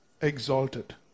exalted